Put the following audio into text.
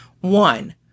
One